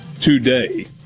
today